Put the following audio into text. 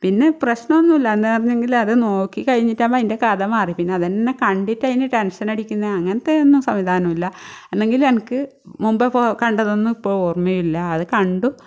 പിന്നെ പ്രശ്നമൊന്നുമില്ല അന്ന് പറഞ്ഞെങ്കിലും അത് നോക്കി കഴിഞ്ഞിട്ടാവുമ്പോൾ അതിൻ്റെ കഥ മാറി പിന്ന അതുതന്നെ കണ്ടിട്ടതിന് ടെൻഷനടിക്കുന്ന അങ്ങനത്തെ ഒന്നും സംവിധാനമില്ല എന്നെങ്കിൽ എനിക്ക് മുമ്പപ്പോൾ കണ്ടതൊന്നും ഇപ്പോൾ ഓർമ്മയില്ല അത് കണ്ടു